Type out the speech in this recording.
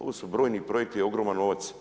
Ovo su brojni projekti, ogroman novac.